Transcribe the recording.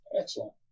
Excellent